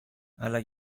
αλλά